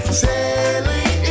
sailing